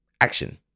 action